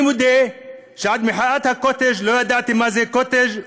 אני מודה שעד מחאת הקוטג' לא ידעתי מה זה קוטג',